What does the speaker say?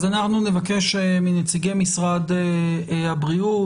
אז אנחנו נבקש מנציגי משרד הבריאות,